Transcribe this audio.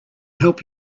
help